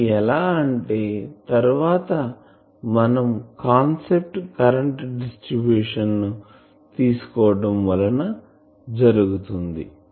అది ఎలా అంటే తర్వాత మనం కరెంటు డిస్ట్రిబ్యూషన్ తీసుకోవటం వలన జరుగుతుంది